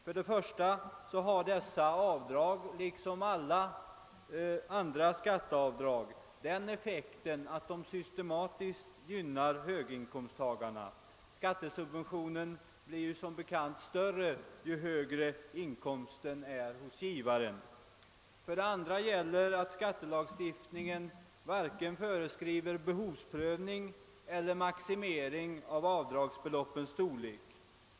För det första har dessa avdrag liksom alla andra avdrag vid taxeringen den effekten, att de systematiskt gynnar höginkomsttagarna; skattesubventionen blir som bekant större ju högre givarens inkomst är. För det andra föreskriver skattelagstiftningen varken behovsprövning eller maximering av avdragsbeloppens storlek.